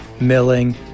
milling